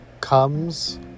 comes